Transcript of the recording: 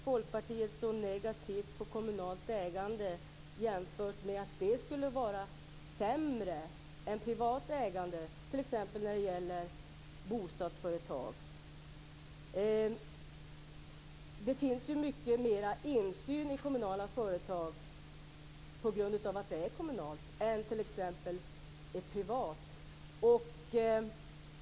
Folkpartiet så negativt på kommunalt ägande, att det skulle vara sämre än privat ägande, t.ex. när det gäller bostadsföretag? Det finns ju mycket mer insyn i kommunala företag, på grund av att de är kommunala, än i t.ex. ett privat företag.